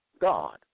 God